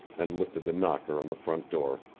and lifted the knocker on the front door.